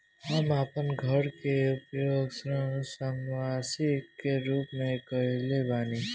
हम आपन घर के उपयोग ऋण संपार्श्विक के रूप में कइले बानी